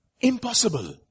impossible